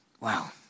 Wow